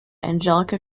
angelica